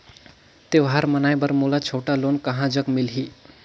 त्योहार मनाए बर मोला छोटा लोन कहां जग मिलही?